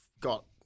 got